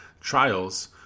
trials